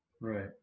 right